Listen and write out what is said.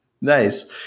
Nice